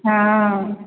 हँ